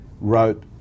wrote